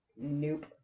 Nope